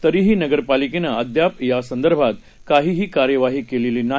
तरीही नगरपालिकेनं अद्याप यासंदर्भात काहीही कार्यवाही केलेली नाही